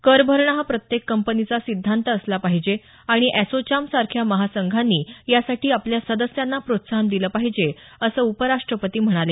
कर भरणं हा प्रत्येक कंपनीचा सिद्धांत असला पाहिजे आणि एसोचॅम सारख्या महासंघांनी यासाठी आपल्या सदस्यांना प्रोत्साहन दिलं पाहिजे असं उपराष्ट्रपती म्हणाले